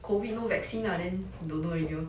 COVID no vaccine lah then don't know already lor